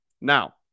Now